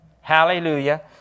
Hallelujah